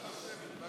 למה שמית?